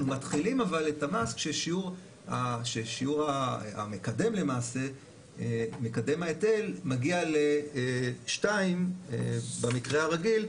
אנחנו מתחילים את המס כששיעור מקדם ההיטל מגיע ל-2 במקרה הרגיל,